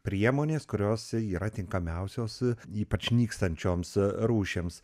priemonės kurios yra tinkamiausios ypač nykstančioms rūšims